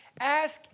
Ask